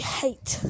hate